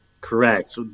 correct